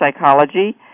psychology